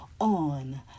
on